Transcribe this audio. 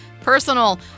personal